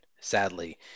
sadly